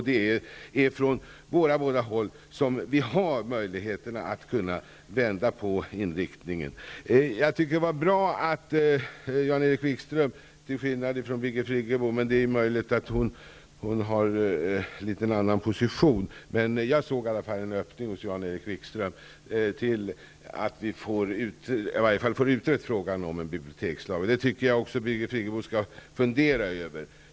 Det är från båda dessa håll som det finns möjligheter att kunna vända inriktningen. Jag såg hos Jan-Erik Wikström till skillnad från hos Birgit Friggebo en öppning, vilket jag tycker är bra, i frågan om att en bibliotekslag blir utredd, men det är möjligt att hon har en något annan position. Det tycker jag att också Birgit Friggebo skall fundera över.